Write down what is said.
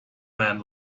man